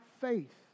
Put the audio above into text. faith